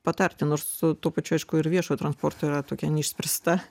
patarti nors su tuo pačiu aišku ir viešojo transporto yra tokia neišspręsta